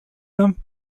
them